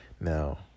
Now